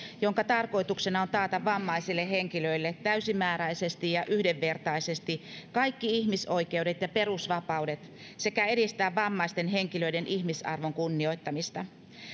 jonka tarkoituksena on taata vammaisille henkilöille täysimääräisesti ja yhdenvertaisesti kaikki ihmisoikeudet ja perusvapaudet sekä edistää vammaisten henkilöiden ihmisarvon kunnioittamista